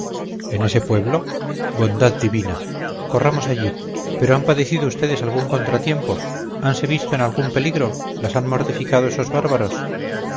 en ese pueblo bondad divina corramos allí pero han padecido ustedes algún contratiempo hanse visto en algún peligro las han mortificado esos bárbaros